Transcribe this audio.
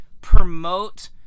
promote